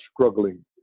struggling